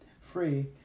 free